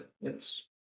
yes